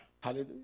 hallelujah